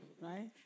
Right